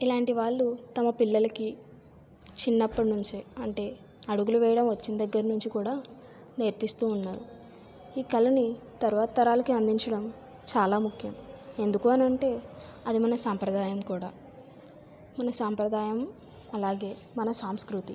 ఇలాంటి వాళ్ళు తమ పిల్లలకి చిన్నప్పటి నుంచే అంటే అడుగులు వేయడం వచ్చిన దగ్గర నుంచి కూడా నేర్పిస్తూ ఉన్నారు ఈ కళని తరువాత తరాలకి అందించడం చాలా ముఖ్యం ఎందుకు అని అంటే అది మన సంప్రదాయం కూడా మన సంప్రదాయం అలాగే మన సంస్కృతి